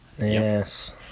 Yes